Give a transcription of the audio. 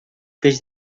peix